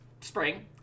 spring